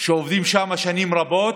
שעובדים שם שנים רבות,